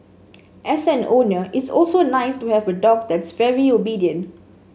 as an owner it's also nice to have a dog that's very obedient